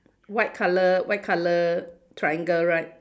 white colour white colour triangle right